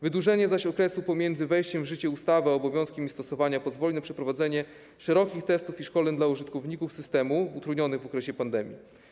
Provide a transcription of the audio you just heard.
Wydłużenie zaś okresu pomiędzy wejściem w życie ustawy a obowiązkiem jej stosowania pozwoli na przeprowadzenie szerokich testów i szkoleń dla użytkowników systemu, utrudnionych w okresie pandemii.